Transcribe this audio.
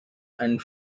and